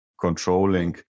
controlling